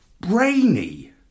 brainy